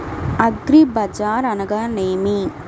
అగ్రిబజార్ అనగా నేమి?